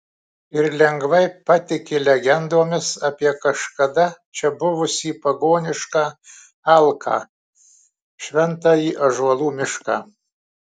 ir lengvai patiki legendomis apie kažkada čia buvusį pagonišką alką šventąjį ąžuolų mišką